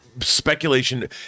speculation